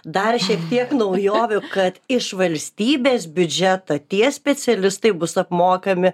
dar šiek tiek naujovių kad iš valstybės biudžetą tie specialistai bus apmokami